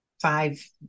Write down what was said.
Five